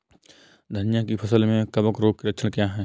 धनिया की फसल में कवक रोग के लक्षण क्या है?